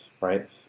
right